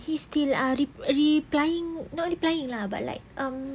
he still uh re~ replying not replying lah but like um